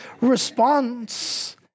response